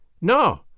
No